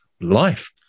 life